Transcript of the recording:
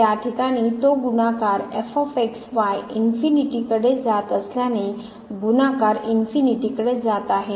त्या ठिकाणी तो गुणाकार इनफीनिटीकडे जात असल्याने गुणाकार इनफीनिटी कडे जात आहे